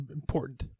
important